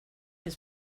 his